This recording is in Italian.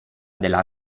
della